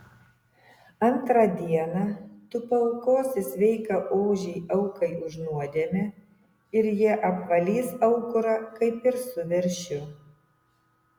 antrą dieną tu paaukosi sveiką ožį aukai už nuodėmę ir jie apvalys aukurą kaip ir su veršiu